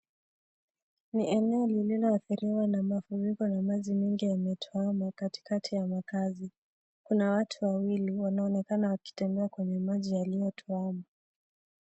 Ni eneo lililoathiriwa na mafuriko na maji mengi yametuama katika ya makazi ,kuna watu wawili wanaonekana wakitembea kwenye maji yaliyo tuama.